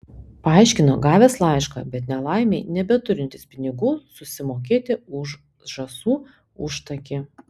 paaiškino gavęs laišką bet nelaimei nebeturintis pinigų susimokėti už žąsų užtakį